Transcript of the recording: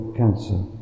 cancer